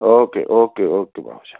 okay okay okay بابو جی